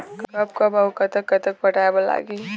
कब कब अऊ कतक कतक पटाए बर लगही